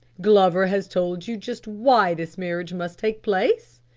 glover has told you just why this marriage must take place?